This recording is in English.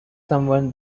someone